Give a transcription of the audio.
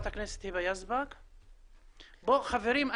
חברים.